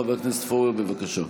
חבר הכנסת פורר, בבקשה.